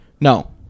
No